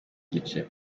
gice